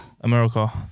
America